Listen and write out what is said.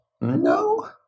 No